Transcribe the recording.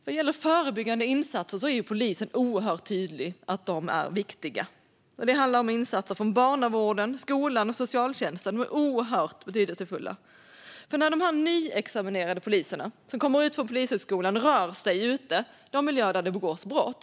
Vad gäller förebyggande insatser är polisen mycket tydlig med att de är viktiga. Det handlar om insatser från barnavården, skolan och socialtjänsten. De är oerhört betydelsefulla. När de nyexaminerade poliserna som kommer ut från Polishögskolan rör sig ute vill de göra det där det begås brott.